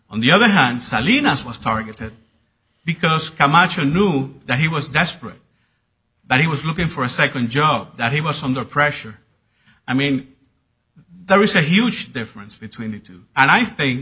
on the other hand salinas was targeted because come natural knew that he was desperate that he was looking for a second job that he was under pressure i mean there is a huge difference between the two and i think